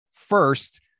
First